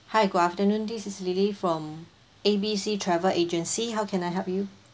hi good afternoon this is lily from A B C travel agency how can I help you